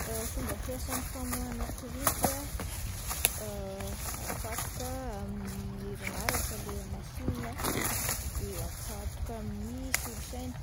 Fomba fiasan'ny famoahana printy ah atsatoka amin'ny herinaratra ilay masinina de atsatoka amin'ny solosaina